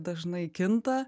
dažnai kinta